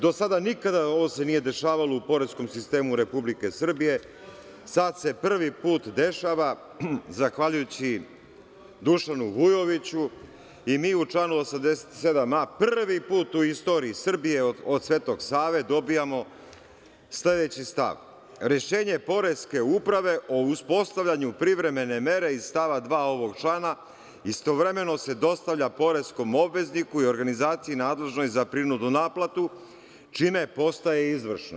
Do sada se to nikada nije dešavalo u poreskom sistemu Srbije. sad se prvi put dešva, zahvaljujući Dušanu Vujoviću i mi u član 87a prvi put u istoriji Srbije, od Svetog Save, dobijamo sledeći stav – rešenje poreske uprave o uspostavljanju privremene mere iz stava 2. ovog člana istovremeno se dostavlja poreskom obvezniku i organizaciji nadležnoj za prinudnu naplatu, čime postaje izvršno.